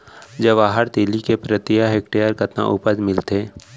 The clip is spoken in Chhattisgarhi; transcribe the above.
जवाहर तिलि के प्रति हेक्टेयर कतना उपज मिलथे?